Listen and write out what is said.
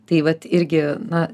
tai vat irgi na